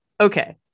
Okay